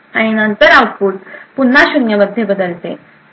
आणि नंतर आउटपुट पुन्हा 0 मध्ये बदलते